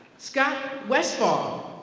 scott westfall.